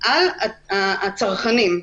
על הצרכנים,